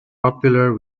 popular